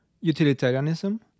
Utilitarianism